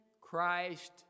Christ